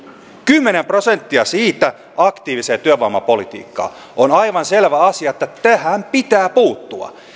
kymmenen prosenttia siitä aktiiviseen työvoimapolitiikkaan on aivan selvä asia että tähän pitää puuttua